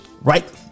right